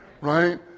Right